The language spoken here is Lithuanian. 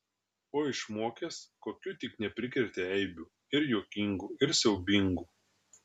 o išmokęs kokių tik neprikrėtė eibių ir juokingų ir siaubingų